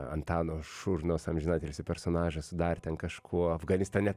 antano šurnos amžinatilsį personažas su dar ten kažkuo afganistane